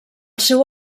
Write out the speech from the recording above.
seu